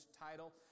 title